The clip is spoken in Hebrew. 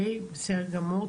בסדר גמור.